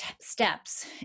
steps